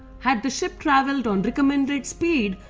had the ship traveled on recommended speed,